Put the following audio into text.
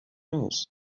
else